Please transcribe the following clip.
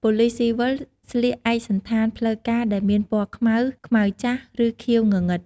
ប៉ូលិសស៊ីវិលស្លៀកឯកសណ្ឋានផ្លូវការដែលមានពណ៌ខ្មៅ ខ្មៅចាស់ ឬខៀវងងឹត។